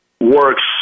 works